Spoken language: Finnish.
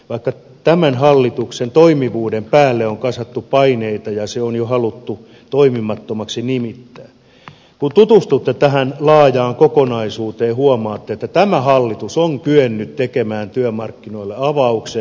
vaikka tämän hallituksen toimivuuden päälle on kasattu paineita ja se on jo haluttu toimimattomaksi nimittää niin kun tutustutte tähän laajaan kokonaisuuteen huomaatte että tämä hallitus on kyennyt tekemään työmarkkinoille avauksen